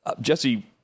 Jesse